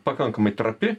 pakankamai trapi